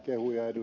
lisäkehuja ed